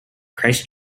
christ